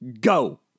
Go